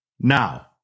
Now